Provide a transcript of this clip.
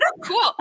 Cool